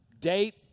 date